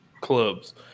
clubs